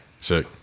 Sick